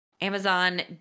Amazon